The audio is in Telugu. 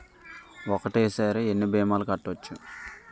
ఒక్కటేసరి ఎన్ని భీమాలు కట్టవచ్చు?